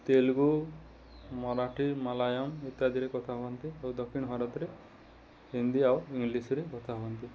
ତେଲୁଗୁ ମରାଠୀ ମାଲାୟଲମ ଇତ୍ୟାଦିରେ କଥା ହୁଅନ୍ତି ଆଉ ଦକ୍ଷିଣ ଭାରତରେ ହିନ୍ଦୀ ଆଉ ଇଂଲିଶରେ କଥା ହୁଅନ୍ତି